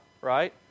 right